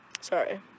Sorry